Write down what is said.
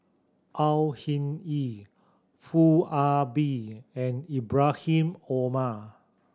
Au Hing Yee Foo Ah Bee and Ibrahim Omar